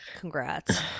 Congrats